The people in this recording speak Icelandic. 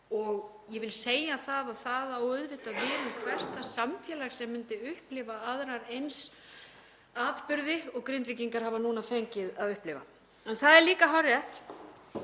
og ég vil segja að það á auðvitað við um hvert það samfélag sem myndi upplifa aðrar eins atburði og Grindvíkingar hafa fengið að upplifa. En það er líka hárrétt